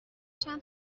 چند